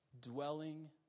dwelling